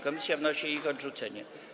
Komisja wnosi o ich odrzucenie.